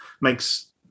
makes